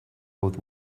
both